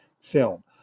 film